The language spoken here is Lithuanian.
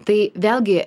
tai vėlgi